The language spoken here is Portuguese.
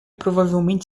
provavelmente